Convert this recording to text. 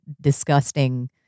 disgusting